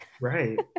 right